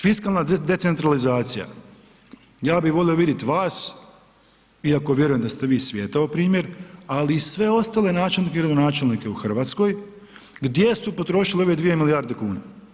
Fiskalna decentralizacija, ja bih volio vidjet vas iako vjerujem da ste vi svijetao primjer ali i sve ostale načelnike i gradonačelnike u Hrvatskoj gdje su potrošili ove 2 milijarde kuna.